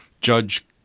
Judge